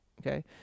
Okay